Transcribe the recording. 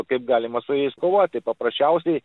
kaip galima su jais kovoti paprasčiausiai